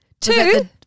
Two